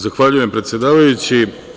Zahvaljujem, predsedavajući.